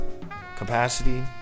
capacity